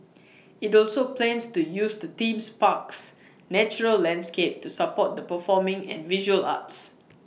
IT also plans to use the theme's park's natural landscape to support the performing and visual arts